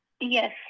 Yes